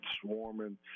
swarming